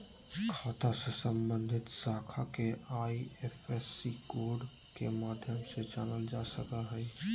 खाता से सम्बन्धित शाखा के आई.एफ.एस.सी कोड के माध्यम से जानल जा सक हइ